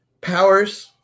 Powers